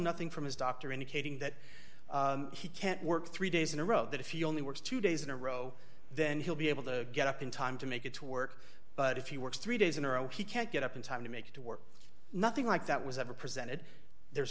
nothing from his doctor indicating that he can't work three days in a row that if you only work two days in a row then he'll be able to get up in time to make it to work but if he works three days in a row he can't get up in time to make it to work nothing like that was ever presented there's